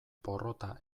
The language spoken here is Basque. porrota